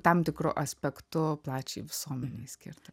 tam tikru aspektu plačiai visuomenei skirta